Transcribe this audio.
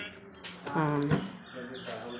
हँ